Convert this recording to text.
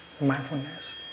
mindfulness